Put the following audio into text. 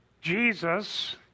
Jesus